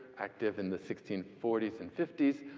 active in the sixteen forty s and fifty s,